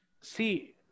See